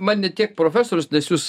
man ne tiek profesorius nes jūs